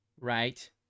right